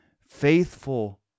faithful